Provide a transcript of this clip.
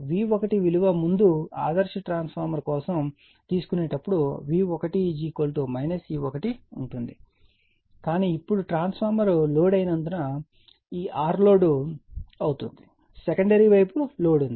కాబట్టి V1 విలువ ముందు ఆదర్శ ట్రాన్స్ఫార్మర్ కోసం తీసుకునేటప్పుడు V1 E1 ఉంటుంది కానీ ఇప్పుడు ట్రాన్స్ఫార్మర్ లోడ్ అయినందున ఈ R లోడ్ అవుతుంది సెకండరీ వైపు లోడ్ ఉంది